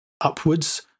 upwards